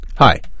Hi